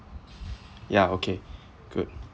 ya okay good